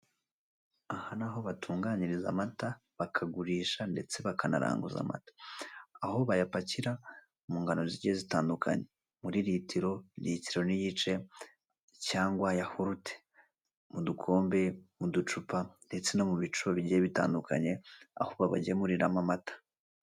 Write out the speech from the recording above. Aha ni aho batunganyiriza amata bakagurisha ndetse bakanaranguza amata, aho bayapakira mu ngano zigiye zitandukanye muri litiro, litiro n'igice cyangwa yahurute, mu dukombe, mu ducupa ndetse no mu bicuba bigiye bitandukanye aho babagemuriramo amata.